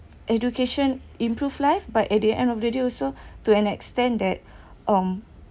education improve life but at the end of the day also to an extent that